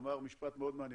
הוא אמר משפט מאוד מעניין,